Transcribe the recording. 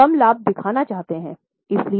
वे कम लाभ दिखाना चाहते हैं